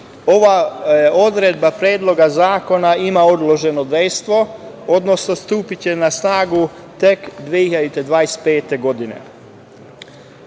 odredba Predloga zakona ima odloženo dejstvo, odnosno stupiće na snagu tek 2025. godine.